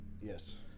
Yes